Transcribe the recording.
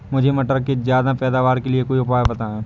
मुझे मटर के ज्यादा पैदावार के लिए कोई उपाय बताए?